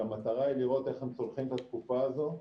כשהמטרה היא לראות איך הם צולחים את התקופה הזו,